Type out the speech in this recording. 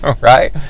right